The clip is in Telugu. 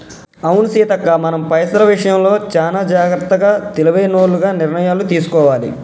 అవును సీతక్క మనం పైసల విషయంలో చానా జాగ్రత్తగా తెలివైనోల్లగ నిర్ణయాలు తీసుకోవాలి